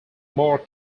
more